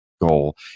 goal